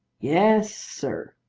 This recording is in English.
yes, sir.